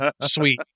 sweet